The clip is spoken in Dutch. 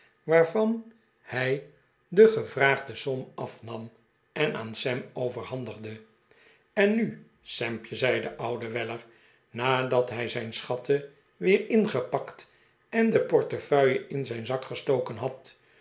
waarvan hij de gevraagde som afnam en aan sam overhandigde en nu sampje zei de oude weller nadat hij zijn schatten weer ingepakt en de portefeuille in zijn zak gestoken had